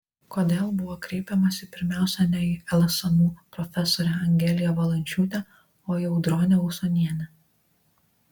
kodėl buvo kreipiamasi pirmiausia ne į lsmu profesorę angeliją valančiūtę o į audronę usonienę